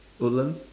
woodlands